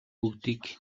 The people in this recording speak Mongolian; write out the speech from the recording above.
бүгдийг